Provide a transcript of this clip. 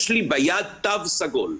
יש לי ביד תו סגול,